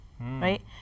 right